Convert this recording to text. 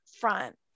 front